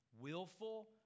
willful